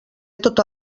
tota